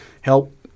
help